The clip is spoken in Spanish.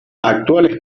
actuales